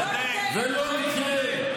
הרפורמה לא תקרה.